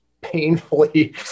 painfully